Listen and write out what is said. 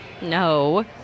No